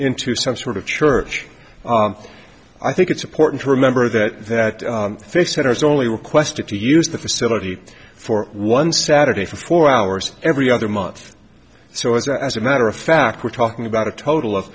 into some sort of church i think it's important to remember that that face centers only requested to use the facility for one saturday for four hours every other month so as a as a matter of fact we're talking about a total of